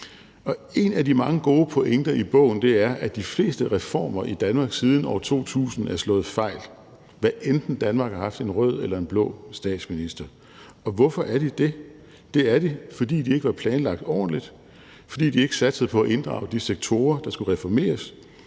En af de mange gode pointer i bogen er, at de fleste reformer i Danmark siden år 2000 er slået fejl, hvad enten Danmark har haft en rød eller en blå statsminister. Og hvorfor er de det? Det er de, fordi de ikke var planlagt ordentligt; fordi de ikke satsede på at inddrage de sektorer, der skulle reformeres;